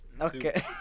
okay